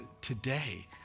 today